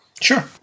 Sure